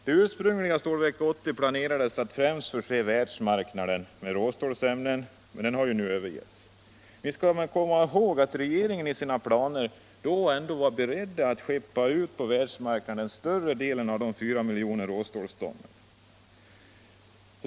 Det ursprungliga Stålverk 80 planerades att främst förse världsmarknaden med råstålsämnen, planer som har övergetts. Men vi skall komma ihåg att regeringen i sina planer var beredd att till världsmarknaden skeppa ut större delen av fyra miljoner råstålston.